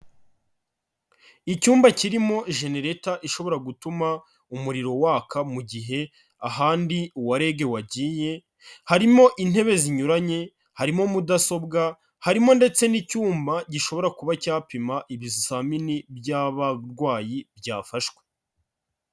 Icyumba kirimo jenereta ishobora gutuma umuriro waka mu gihe ahandi uwa REG wagiye, harimo intebe zinyuranye, harimo mudasobwa, harimo ndetse n'icyuma gishobora kuba cyapima ibizamini by'abarwayi byafashwe.